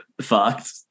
fucked